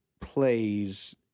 plays